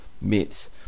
myths